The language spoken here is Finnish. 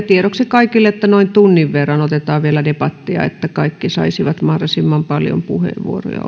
tiedoksi kaikille että noin tunnin verran otetaan vielä debattia että kaikki saisivat mahdollisimman paljon puheenvuoroja